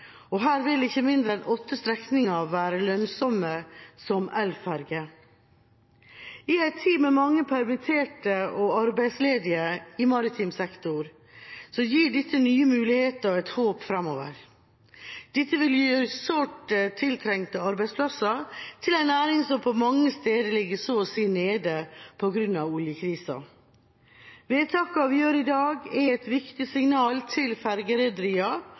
og her vil ikke mindre enn åtte strekninger være lønnsomme for elferger. I en tid med mange permitterte og arbeidsledige i maritim sektor gir dette nye muligheter og et håp framover. Dette vil gi sårt tiltrengte arbeidsplasser til en næring som på mange steder ligger så å si nede på grunn av oljekrisen. Vedtakene vi gjør i dag, er et viktig signal til